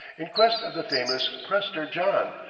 in quest of the famous prester john,